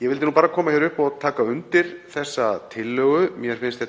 Ég vildi bara koma hingað upp og taka undir þessa tillögu. Mér finnst